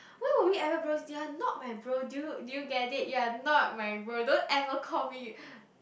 when were we ever bros you are not my bro do you do you get it you are not my bro don't ever call me